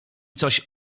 coś